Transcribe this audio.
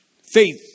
Faith